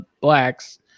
Blacks